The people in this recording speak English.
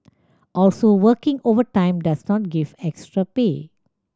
also working overtime does not give extra pay